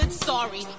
Sorry